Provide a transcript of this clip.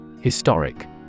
Historic